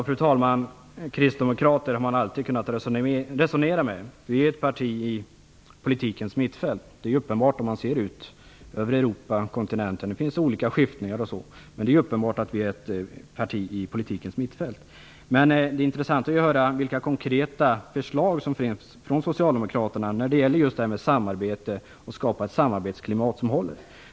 Fru talman! Det har alltid gått att resonera med kristdemokraterna. Kds är ett parti i politikens mittfält. Det är uppenbart i Europa och på kontinenten. Det finns olika skiftningar, men det är uppenbart att kds är ett parti i politikens mittfält. Det är intressant att höra vilka konkreta förslag som finns från Socialdemokraternas sida. Det gäller just att kunna skapa ett samarbetsklimat som håller.